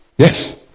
Yes